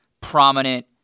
prominent